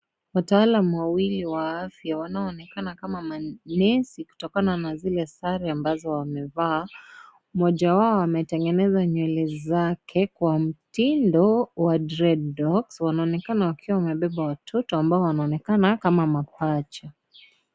Wataalam wawili wa afya wanaonenakana kama manesi kutokana na vile sare ambazo wamevaa. Mmoja wao ametengeneza nywele zake kwa mtindo wa dread locks . Wanaonenakana wakiwa wamepepa watoto ambao wanaonenakana kama mapacha.